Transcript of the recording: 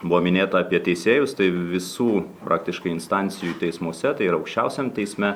buvo minėta apie teisėjus tai visų praktiškai instancijų teismuose tai ir aukščiausiam teisme